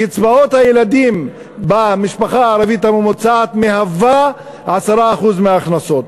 קצבאות הילדים במשפחה הערבית הממוצעת הן 10% מההכנסות.